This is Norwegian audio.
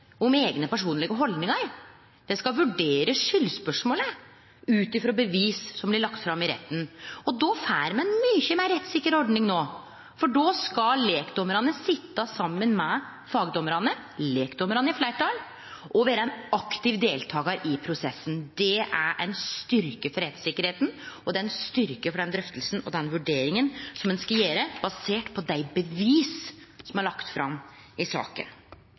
eigne personlege haldningar. Den skal vurdere skyldspørsmålet ut frå bevis som vert lagde fram i retten. Då får me ei mykje meir rettssikker ordning no, for lekdommarane skal sitje saman med fagdommarane – lekdommarane er i fleirtal – og vere aktive deltakarar i prosessen. Det er ein styrke for rettssikkerheita, og det er ein styrke for drøftinga og vurderinga som ein skal gjere basert på dei bevisa som er lagde fram i saka.